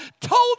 told